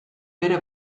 bere